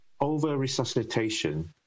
over-resuscitation